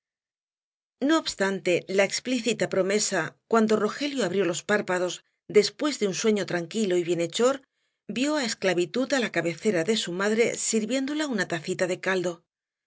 no obstante la explícita promesa cuando rogelio abrió los párpados después de un sueño tranquilo y bienhechor vió á esclavitud á la cabecera de su madre sirviéndola una tacita de caldo